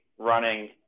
running